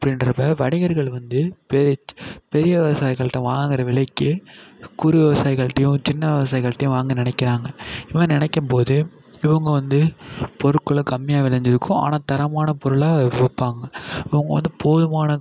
அப்படின்றப்ப வணிகர்கள் வந்து பெ பெரிய விவசாயிகள்ட்ட வாங்குகிற விலைக்கு குறு விவசாயிகள்டயும் சின்ன விவசாயிகள்டயும் வாங்க நினைக்கிறாங்க இதுமாதிரி நினைக்கும் போது இவங்க வந்து பொருட்களை கம்மியாக விளைஞ்சிருக்கும் ஆனால் தரமான பொருளாக விற்பாங்க இவங்க வந்து போதுமான